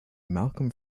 malcolm